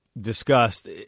discussed